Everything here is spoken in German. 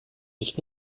nicht